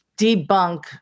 debunk